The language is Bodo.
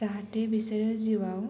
जाहाथे बिसोरो जिउआव